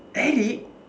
eric